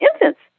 infants